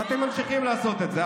ואתם ממשיכים לעשות את זה.